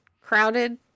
crowded